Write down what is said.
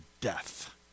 death